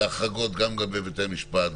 זה החרגות גם לגבי בתי המשפט,